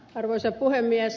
arvoisa puhemies